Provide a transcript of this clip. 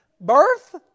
birth